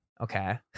Okay